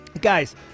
guys